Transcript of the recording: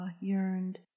yearned